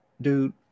dude